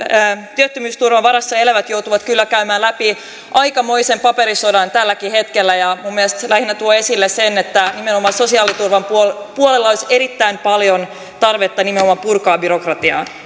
työttömyysturvan varassa elävät joutuvat kyllä käymään läpi aikamoisen paperisodan tälläkin hetkellä minun mielestäni se lähinnä tuo esille sen että nimenomaan sosiaaliturvan puolella puolella olisi erittäin paljon tarvetta purkaa byrokratiaa